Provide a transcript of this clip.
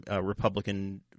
Republican